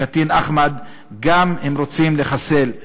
את הקטין אחמד הם גם רוצים לחסל.